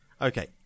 okay